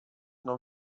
não